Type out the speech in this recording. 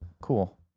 Cool